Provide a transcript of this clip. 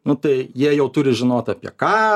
nu tai jie jau turi žinot apie ką